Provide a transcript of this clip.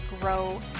grow